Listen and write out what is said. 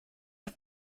auf